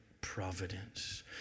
providence